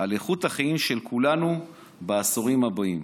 על איכות החיים של כולנו בעשורים הבאים.